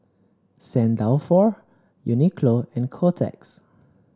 St Dalfour Uniqlo and Kotex